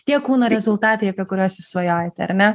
tie kūno rezultatai apie kuriuos jūs svajojate ar ne